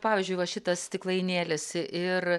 pavyzdžiui va šitas stiklainėlis ir